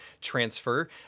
transfer